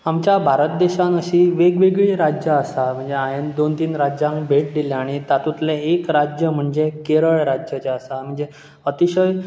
आमच्या भारत देशांत अशीं वेगवेगळीं राज्यां आसात म्हणजे हांवें दोन तीन राज्यांक भेट दिल्ली आनी तातुतलें एक राज्य म्हणजे केरळ राज्य जें आसा म्हणजे अतिशय